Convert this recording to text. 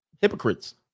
Hypocrites